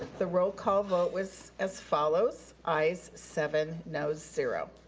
the roll call vote was as follows. ayes, seven, nos, zero.